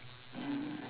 mm